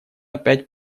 опять